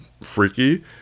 freaky